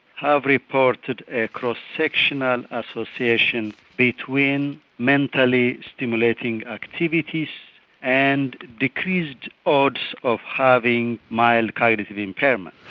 have reported a cross-sectional association between mentally stimulating activities and decreased odds of having mild cognitive impairment.